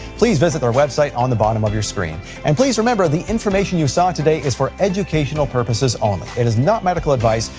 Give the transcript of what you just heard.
please visit their website on the bottom of your screen. and please remember, the information you saw today is for educational purposes only. it is not medical advice,